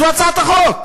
זו הצעת החוק.